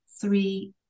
three